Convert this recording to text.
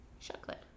chocolate